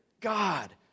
God